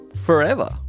forever